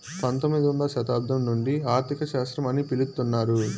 పంతొమ్మిదవ శతాబ్దం నుండి ఆర్థిక శాస్త్రం అని పిలుత్తున్నారు